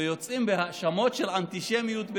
ויוצאים בהאשמות על אנטישמיות ביפו.